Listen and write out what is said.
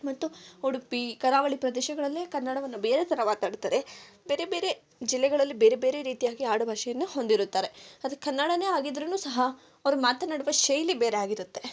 ಮತ್ತು ಉಡುಪಿ ಕರಾವಳಿ ಪ್ರದೇಶಗಳಲ್ಲೇ ಕನ್ನಡವನ್ನು ಬೇರೆ ಥರ ಮಾತಾಡ್ತರೆ ಬೇರೆ ಬೇರೆ ಜಿಲ್ಲೆಗಳಲ್ಲಿ ಬೇರೆ ಬೇರೆ ರೀತಿಯಾಗಿ ಆಡುಭಾಷೆಯನ್ನು ಹೊಂದಿರುತ್ತಾರೆ ಅದು ಕನ್ನಡನೇ ಆಗಿದ್ದರೂ ಸಹ ಅವ್ರು ಮಾತನಾಡುವ ಶೈಲಿ ಬೇರೆಯಾಗಿರತ್ತೆ